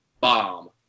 bomb